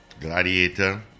Gladiator